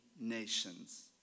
nations